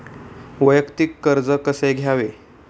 वैयक्तिक कर्ज कसे घ्यावे?